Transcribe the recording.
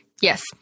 yes